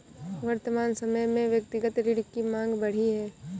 वर्तमान समय में व्यक्तिगत ऋण की माँग बढ़ी है